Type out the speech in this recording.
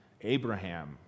Abraham